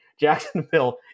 Jacksonville